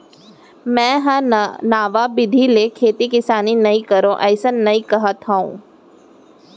मैं हर नवा बिधि ले खेती किसानी नइ करव अइसन नइ कहत हँव